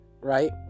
right